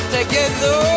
Together